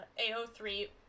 AO3